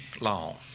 long